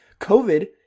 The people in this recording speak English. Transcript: COVID